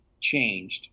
changed